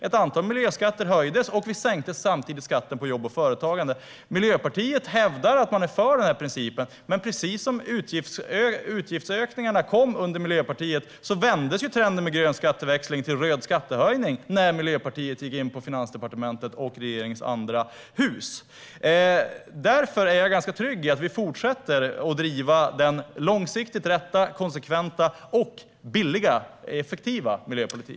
Ett antal miljöskatter höjdes, och vi sänkte samtidigt skatten på jobb och företagande. Miljöpartiet hävdar att man är för den här principen. Men precis som utgiftsökningarna kom under Miljöpartiet så vändes trenden med grön skatteväxling till röd skattehöjning när Miljöpartiet gick in på Finansdepartementet och in i regeringens andra hus. Därför är jag ganska trygg i att vi fortsätter att driva en långsiktigt riktig, konsekvent, billig och effektiv miljöpolitik.